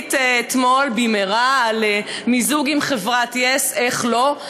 מחליט אתמול במהרה על מיזוג עם חברת yes, איך לא?